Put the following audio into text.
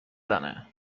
زنه